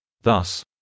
Thus